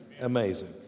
amazing